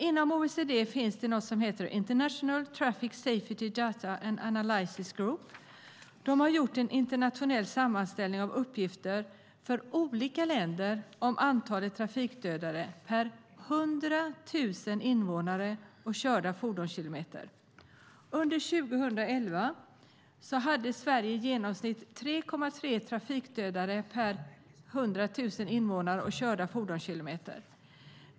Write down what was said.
Inom OECD finns något som heter International Traffic Safety Data and Analysis Group som har gjort en internationell sammanställning av uppgifter om trafikdödade per 100 000 invånare och körda fordonskilometer i olika länder. Under 2011 hade Sverige i genomsnitt 3,3 trafikdödade per 100 000 invånare och körda fordonskilometer.